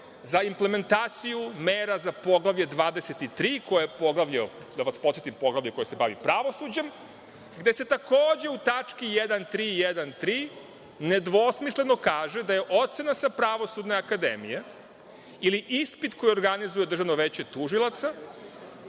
za implementaciju mera za Poglavlje 23, da vas podsetim poglavlje koje se bavi pravosuđem, gde se takođe u tački 1313 ne dvosmisleno kaže da je ocena sa Pravosudne akademije ili ispit koji organizuje Državno veće tužilaca,